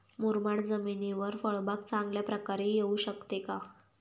मुरमाड जमिनीवर फळबाग चांगल्या प्रकारे येऊ शकते का?